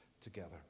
together